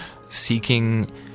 Seeking